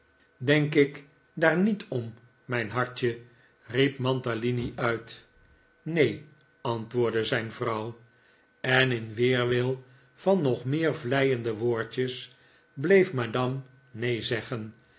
denk ik daar niet om mijn hartje riep mantalini uit neen antwoordde zijn vrouw en in weerwil van nog meer vleiende woordjes bleef madame neen zeggen